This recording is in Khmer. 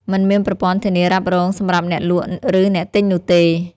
មិនមានប្រព័ន្ធធានារ៉ាប់រងសម្រាប់អ្នកលក់ឬអ្នកទិញនោះទេ។